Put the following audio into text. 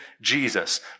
Jesus